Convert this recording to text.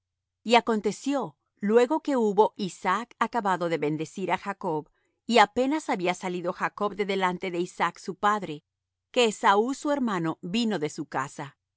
y aconteció luego que hubo isaac acabado de bendecir á jacob y apenas había salido jacob de delante de isaac su padre que esaú su hermano vino de su caza